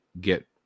get